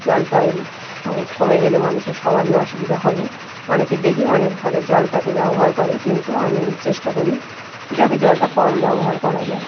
জলটা ও কমে গেলে মানুষের সবারই অসুবিধা হবে অনেকের দেখি অনেকভাবে জলটাকে ব্যবহার করে কিন্তু আমি চেষ্টা করি যাতে জলটা কম ব্যবহার করা যায়